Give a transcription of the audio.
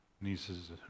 nieces